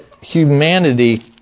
humanity